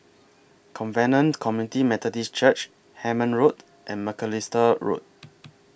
Covenant Community Methodist Church Hemmant Road and Macalister Road